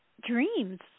dreams